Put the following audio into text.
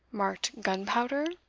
marked gunpowder?